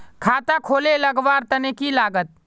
खाता खोले लगवार तने की लागत?